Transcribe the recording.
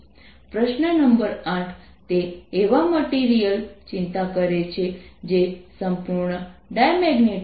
ચાલો 2π કેન્સલ કરીને આપણને R2sinθdθ σω મળે છે તે સપાટી પર પ્રવાહ ચાલુ છે